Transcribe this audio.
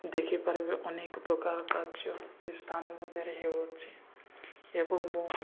ଦେଖିପାରିବେ ଅନେକ ପ୍ରକାର କାର୍ଯ୍ୟ ସେ ସ୍ଥାନ ମଧ୍ୟରେ ହେଉଅଛି ଏବଂ ମୁଁ